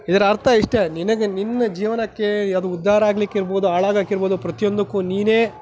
ಇದರ ಅರ್ಥ ಇಷ್ಟೇ ನಿನಗೆ ನಿನ್ನ ಜೀವನಕ್ಕೆ ಅದು ಉದ್ಧಾರ ಆಗ್ಲಿಕ್ಕೀರ್ಬೋದು ಹಾಳಾಗಕ್ಕಿರ್ಬೋದು ಪ್ರತಿಯೊಂದಕ್ಕೂ ನೀನೆ